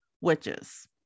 witches